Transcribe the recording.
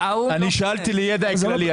שאלתי לידע כללי.